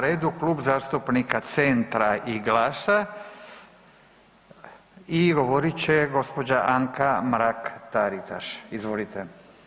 redu Klub zastupnika Centra i GLAS-a i govorit će gđa. Anka Mrak-Taritaš, izvolite.